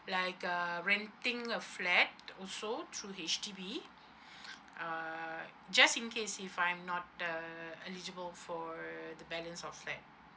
like uh renting a flat also through H_D_B uh just in case if I'm not uh eligible for the balance of flat